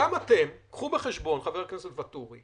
גם אתם, קחו בחשבון, חבר הכנסת ואטורי